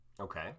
okay